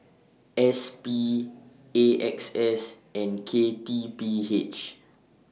S P A X S and K T P H